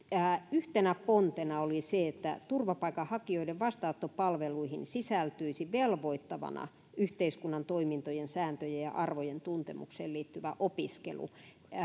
yhtenä pontena oli se että turvapaikanhakijoiden vastaanottopalveluihin sisältyisi velvoittavana yhteiskunnan toimintojen sääntöjen ja arvojen tuntemukseen liittyvä opiskelu